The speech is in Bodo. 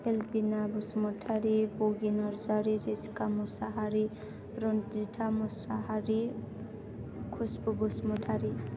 एलबिना बसुमतारि बगि नारजारि जेसिका मुसाहारि रनजिता मुसाहारि खुस्बु बसुमतारि